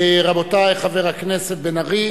רבותי, חבר הכנסת בן-ארי,